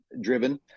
driven